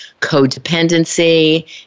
codependency